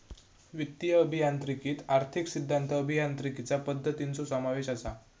वित्तीय अभियांत्रिकीत आर्थिक सिद्धांत, अभियांत्रिकीचा पद्धतींचो समावेश असा